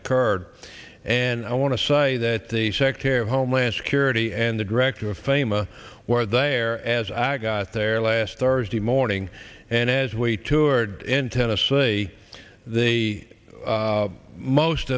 occurred and i want to say that the secretary of homeland security and the director of fame a war there as i got there last thursday morning and as we toured in tennessee the most